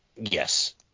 Yes